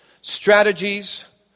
strategies